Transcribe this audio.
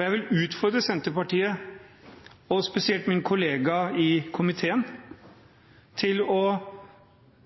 Jeg vil utfordre Senterpartiet og spesielt min kollega i komiteen til å